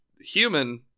human